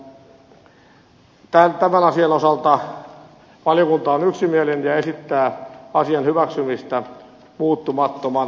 tämän asian osalta valtiokunta on yksimielinen ja esittää asian hyväksymistä muuttumattomana